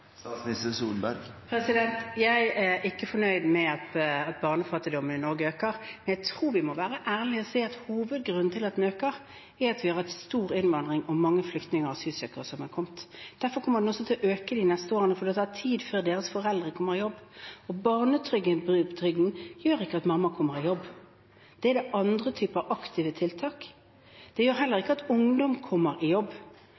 Jeg er ikke fornøyd med at barnefattigdommen i Norge øker. Jeg tror vi må være ærlige og si at hovedgrunnen til at den øker, er at vi har hatt stor innvandring, og at det har kommet mange flyktninger og asylsøkere. Derfor kommer den også til å øke de neste årene, for det tar tid før deres foreldre kommer i jobb. Barnetrygden gjør ikke at mamma kommer i jobb – det er det andre typer aktive tiltak som gjør. Den gjør heller ikke at ungdom kommer i jobb.